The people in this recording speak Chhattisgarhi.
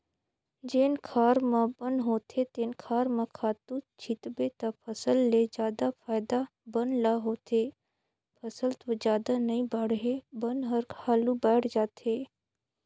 जेन खार म बन होथे तेन खार म खातू छितबे त फसल ले जादा फायदा बन ल होथे, फसल तो जादा नइ बाड़हे बन हर हालु बायड़ जाथे